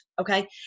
okay